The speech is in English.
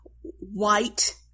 white